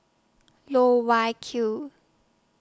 Loh Wai Kiew